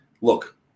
look